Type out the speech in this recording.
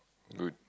good